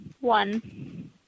one